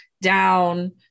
down